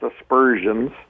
aspersions